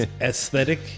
aesthetic